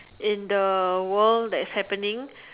in the world that's happening